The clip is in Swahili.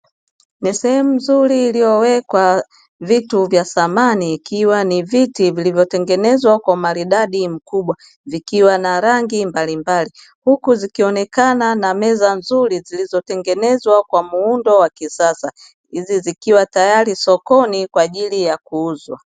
Ni sehemu nzuri iliyowekwa vitu vya thamani ikiwa ni viti vilivyotengenezwa kwa umaridadi mkubwa vikiwa na rangi mbalimbali, huku zikionekana na meza nzuri zilizotengenezwa kwa muundo wa kisasa, zikiwa tayari sokoni kwa ajili ya kuuzwa.